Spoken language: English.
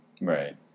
Right